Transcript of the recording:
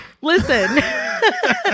Listen